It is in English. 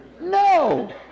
No